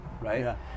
Right